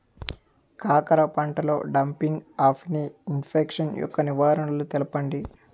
కాకర పంటలో డంపింగ్ఆఫ్ని ఇన్ఫెక్షన్ యెక్క నివారణలు తెలపండి?